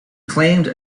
claimed